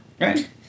Right